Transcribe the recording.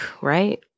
Right